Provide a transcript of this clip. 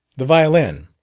the violin?